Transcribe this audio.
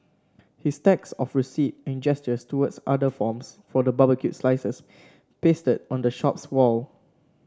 his stacks of receipts and gestures towards order forms for the barbecued slices pasted on the shop's wall